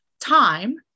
time